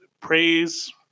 praise